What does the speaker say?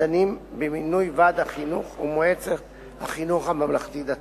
הדנים במינוי ועד החינוך ומועצת החינוך הממלכתי-דתי.